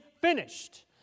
finished